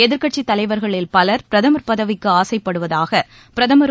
எதிர்க்கட்சி தலைவர்களில் பலர் பிரதமர் பதவிக்கு ஆசைப்படுவதாக பிரதமரும்